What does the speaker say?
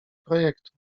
projektu